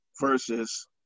versus